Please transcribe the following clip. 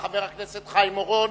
חבר הכנסת חיים אורון